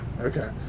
Okay